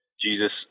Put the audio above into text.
Jesus